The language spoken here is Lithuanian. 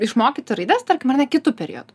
išmokyti raides tarkim ar ne kitu periodu